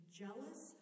jealous